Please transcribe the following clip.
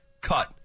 cut